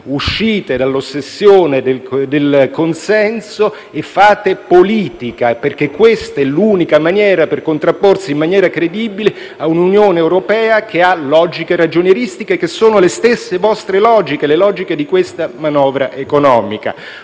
Uscite dall'ossessione del consenso e fate politica, perché questa è l'unica maniera per contrapporsi in modo credibile a un'Unione europea che ha logiche ragionieristiche, che poi sono le stesse vostre logiche, le logiche di questa manovra economica.